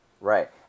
Right